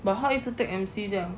but 他一直 take M_C 这样